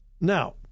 Now